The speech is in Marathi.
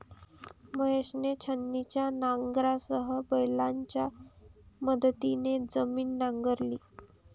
महेशने छिन्नीच्या नांगरासह बैलांच्या मदतीने जमीन नांगरली